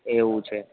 એવું છે